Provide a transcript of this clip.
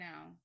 now